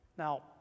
Now